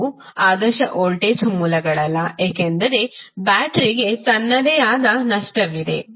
ಅವು ಆದರ್ಶ ವೋಲ್ಟೇಜ್ ಮೂಲಗಳಲ್ಲ ಏಕೆಂದರೆ ಬ್ಯಾಟರಿಗೆ ತನ್ನದೇ ಆದ ನಷ್ಟವಿದೆ